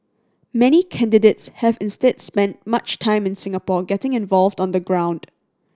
many candidates have instead spent much time in Singapore getting involved on the ground